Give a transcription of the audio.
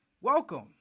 Welcome